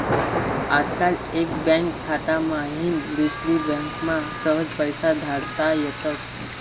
आजकाल एक बँक खाता माईन दुसरी बँकमा सहज पैसा धाडता येतस